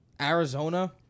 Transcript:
Arizona